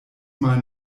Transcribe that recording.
mal